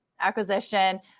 acquisition